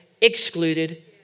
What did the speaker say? excluded